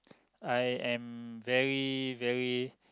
I am very very